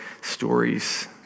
stories